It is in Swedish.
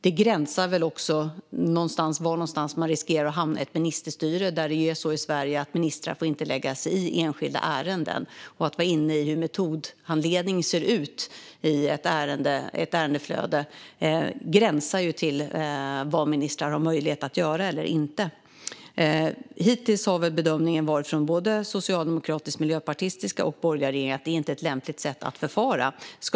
Det gränsar väl också till att man riskerar att hamna i ett ministerstyre. I Sverige får ministrar inte lägga sig i enskilda ärenden. Att lägga sig i hur metodhandledningen ser ut i ett ärendeflöde är på gränsen när det gäller vad ministrar har möjlighet att göra och inte göra. Hittills har bedömningen från såväl socialdemokratiska och miljöpartistiska som borgerliga regeringar varit att detta inte är ett lämpligt sätt att förfara.